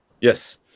Yes